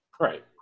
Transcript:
right